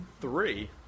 three